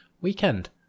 weekend